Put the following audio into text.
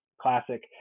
classic